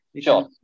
Sure